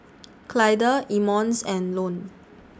Clyda Emmons and Ione